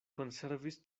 konservis